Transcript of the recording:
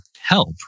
help